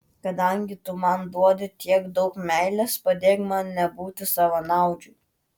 kadangi tu man duodi tiek daug meilės padėk man nebūti savanaudžiui